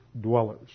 dwellers